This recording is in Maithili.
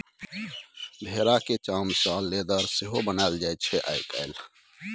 भेराक चाम सँ लेदर सेहो बनाएल जाइ छै आइ काल्हि